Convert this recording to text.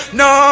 no